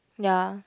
ya